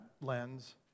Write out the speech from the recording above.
lens